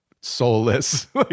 soulless